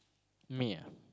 me ah